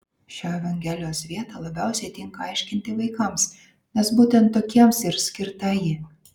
šią evangelijos vietą labiausiai tinka aiškinti vaikams nes būtent tokiems ir skirta ji